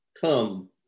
come